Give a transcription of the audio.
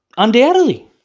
Undoubtedly